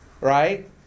right